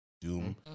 Doom